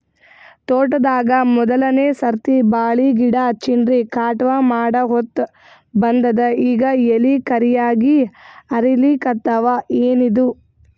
ತೋಟದಾಗ ಮೋದಲನೆ ಸರ್ತಿ ಬಾಳಿ ಗಿಡ ಹಚ್ಚಿನ್ರಿ, ಕಟಾವ ಮಾಡಹೊತ್ತ ಬಂದದ ಈಗ ಎಲಿ ಕರಿಯಾಗಿ ಹರಿಲಿಕತ್ತಾವ, ಏನಿದು?